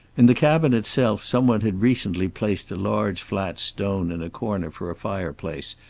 in the cabin itself some one had recently placed a large flat stone in a corner for a fireplace,